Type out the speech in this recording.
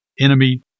enemy